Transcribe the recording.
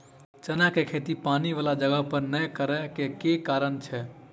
चना केँ खेती पानि वला जगह पर नै करऽ केँ के कारण छै?